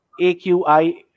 AQI